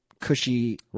cushy